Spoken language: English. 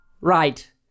right